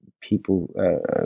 people